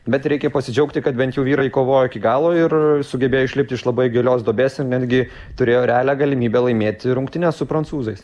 bet reikia pasidžiaugti kad bent jau vyrai kovojo iki galo ir sugebėjo išlipti iš labai gilios duobės netgi turėjo realią galimybę laimėti rungtynes su prancūzais